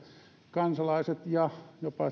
kansalaiset ja jopa